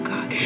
God